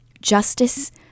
justice